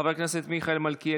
חברת הכנסת קרן ברק,